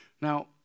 Now